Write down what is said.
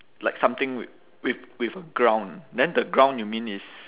like something with with with ground then the ground you mean is